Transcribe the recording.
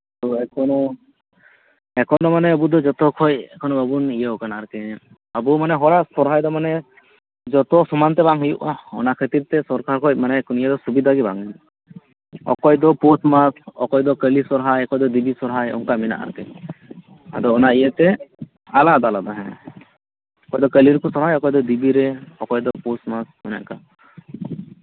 ᱛᱚ ᱮᱠᱷᱚᱱᱳ ᱮᱠᱷᱚᱱᱳ ᱢᱟᱱᱮ ᱟᱵᱩᱫᱚ ᱡᱷᱚᱛᱚ ᱠᱷᱚᱡ ᱡᱚᱛᱚ ᱫᱳ ᱵᱟᱵᱟᱚᱱ ᱤᱭᱟᱹ ᱠᱟᱱᱟ ᱟᱨᱠᱤ ᱟᱵᱚ ᱦᱚᱲᱟᱜ ᱥᱚᱨᱦᱟᱭ ᱫᱚ ᱢᱟᱱᱮ ᱡᱚᱛᱚ ᱥᱟᱢᱚᱱ ᱛᱮ ᱵᱟᱝ ᱦᱩᱭᱩᱜᱼᱟ ᱚᱱᱟ ᱠᱷᱟᱛᱤᱨᱛᱮ ᱥᱚᱨᱠᱟᱨ ᱠᱷᱚᱡ ᱥᱩᱡᱳᱜ ᱥᱩᱵᱤᱫᱷᱟ ᱜᱮ ᱵᱟᱝ ᱧᱟᱢᱚᱜᱼᱟ ᱚᱠᱚᱭ ᱫᱚ ᱯᱳᱥ ᱢᱟᱥ ᱚᱠᱚᱭ ᱫᱚ ᱠᱟᱹᱞᱤ ᱥᱚᱨᱦᱟᱭ ᱚᱠᱚᱭ ᱫᱚ ᱫᱮᱵᱤ ᱥᱚᱨᱦᱟᱭ ᱚᱱᱠᱟ ᱢᱮᱱᱟᱜ ᱟᱥᱮ ᱟᱫᱚ ᱚᱱᱟ ᱤᱭᱟᱹᱛᱮ ᱟᱞᱟᱫᱟ ᱟᱞᱟᱫᱟ ᱚᱠᱚᱭ ᱫᱚ ᱠᱟᱹᱞᱤ ᱨᱮᱠᱚ ᱥᱚᱨᱦᱟᱭᱚᱜᱼᱟ ᱚᱠᱚᱭ ᱫᱚ ᱫᱮᱵᱤᱨᱮ ᱚᱠᱚᱭ ᱫᱚ ᱯᱳᱥ ᱢᱟᱥ ᱚᱱᱮ ᱚᱱᱠᱟ